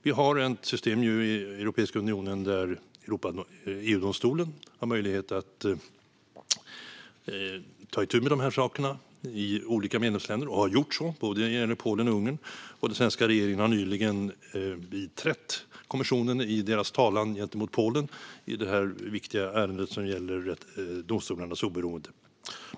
Vi har ett system i Europeiska unionen där EU-domstolen har möjlighet att ta itu med dessa saker i olika medlemsländer, och man har gjort så när det gäller både Polen och Ungern. Och den svenska regeringen har nyligen biträtt kommissionen i deras talan gentemot Polen i det viktiga ärende som gäller domstolarnas oberoende.